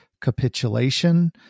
capitulation